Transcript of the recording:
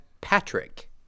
Patrick